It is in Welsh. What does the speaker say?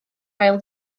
ail